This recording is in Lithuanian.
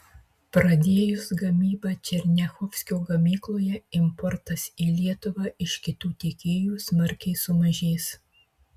pradėjus gamybą černiachovskio gamykloje importas į lietuvą iš kitų tiekėjų smarkiai sumažės